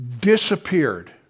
disappeared